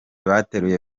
bateruye